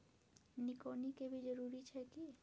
निकौनी के भी जरूरी छै की?